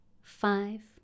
Five